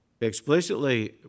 explicitly